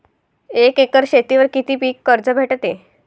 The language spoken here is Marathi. एक एकर शेतीवर किती पीक कर्ज भेटते?